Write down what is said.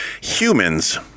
humans